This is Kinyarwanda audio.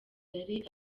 zari